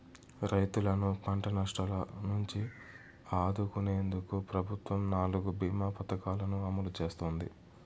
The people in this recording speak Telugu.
రైతులను పంట నష్టాల నుంచి ఆదుకునేందుకు ప్రభుత్వం నాలుగు భీమ పథకాలను అమలు చేస్తోంది